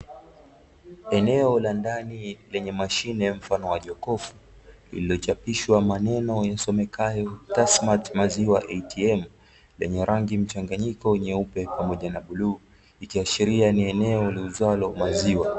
Eneo la ndani lenye mashine mfano wa jokofu, lililochapishwa maneno yasomekayo "TASSMATT" maziwa "ATM", yenye rangi mchanganyiko, nyeupe pamoja na bluu ikiashiria ni eneo liuzwalo maziwa.